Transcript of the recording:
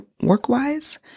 work-wise